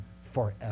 forever